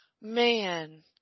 Man